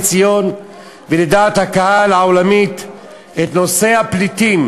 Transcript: בציון ולדעת הקהל העולמית את נושא הפליטים